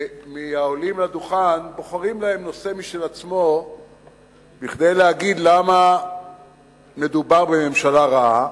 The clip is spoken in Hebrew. מהעולים לדוכן בוחר לו נושא משל עצמו כדי להגיד למה מדובר בממשלה רעה.